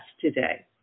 today